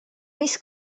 mis